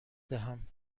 دهم